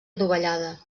adovellada